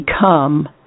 become